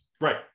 right